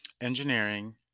engineering